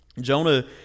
Jonah